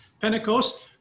Pentecost